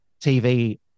tv